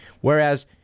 whereas